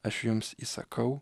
aš jums įsakau